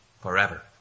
forever